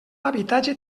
habitatge